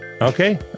Okay